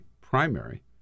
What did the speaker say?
primary